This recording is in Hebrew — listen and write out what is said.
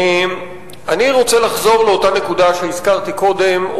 אני רוצה לחזור לאותה נקודה שהזכרתי קודם,